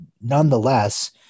nonetheless